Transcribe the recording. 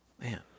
Man